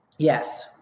Yes